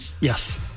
Yes